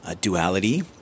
duality